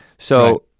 so,